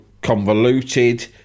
convoluted